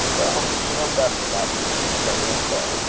well, you know best about these things, i daresay.